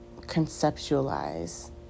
conceptualize